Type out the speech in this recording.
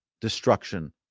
destruction